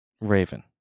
Raven